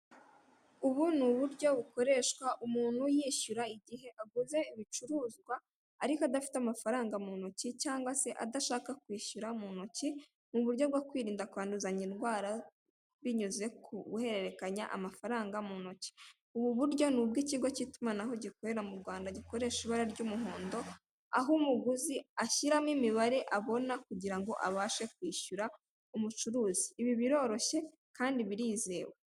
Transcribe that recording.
Ubu ni uburyo bukoreshwa umuntu yishyura igihe aguze ibicuruzwa ariko adafite amafaranga mu ntoki cyangwa se adashaka kwishyura mu ntoki mu buryo bwo kwirinda kwanduzanya indwara binyuze ku guhererekanya amafaranga mu ntoki. Ubu buryo ni ubw'ikigo cy'itumanaho gikorera mu Rwanda gikoresha ibara ry'umuhondo aho umuguzi ashyiramo imibare abona kugira ngo abashe kwishyura umucuruzi. Ibi biroroshye kandi birizewe.